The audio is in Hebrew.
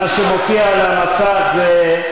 מה שמופיע על המסך זה,